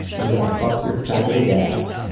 i'm going to fuck your faggoty ass.